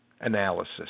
analysis